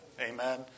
Amen